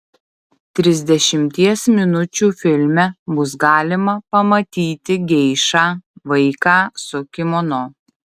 trisdešimties minučių filme bus galima pamatyti geišą vaiką su kimono